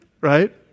right